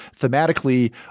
thematically